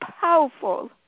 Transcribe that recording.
powerful